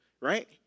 right